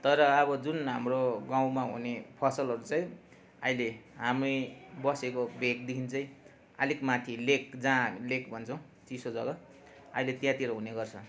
तर अब जुन हाम्रो गाउँमा हुने फसलहरू चाहिँ अहिले हामी बसेको भेकदेखि चाहिँ अलिक माथि लेक जहाँ लेक जहाँ लेक भन्छौँ चिसो जगा अहिले त्यहाँतिर हुने गर्छ